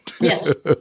Yes